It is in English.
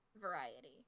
variety